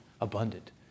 abundant